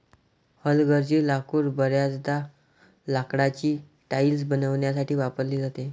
हलगर्जी लाकूड बर्याचदा लाकडाची टाइल्स बनवण्यासाठी वापरली जाते